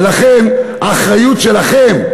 ולכן, האחריות שלכם,